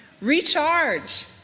Recharge